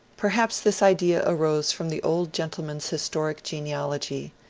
perhaps this idea arose from the old gentleman's historic genealogy,